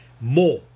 more